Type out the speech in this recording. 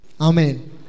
Amen